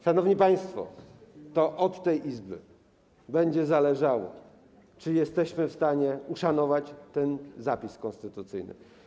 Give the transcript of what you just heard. Szanowni państwo, to od tej Izby będzie zależało, czy jesteśmy w stanie uszanować ten zapis konstytucyjny.